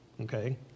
Okay